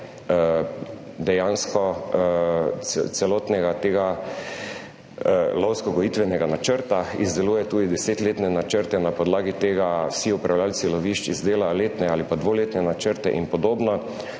dejansko celotnega tega lovsko-gojitvenega načrta, izdeluje tudi desetletne načrte, na podlagi tega vsi upravljavci lovišč iz dela letne ali pa dvoletne načrte in podobno.